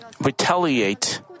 retaliate